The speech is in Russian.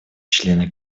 члены